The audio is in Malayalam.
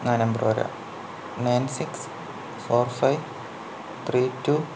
ആ നമ്പർ തരാം nine six four five three to